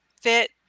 fit